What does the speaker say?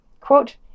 Quote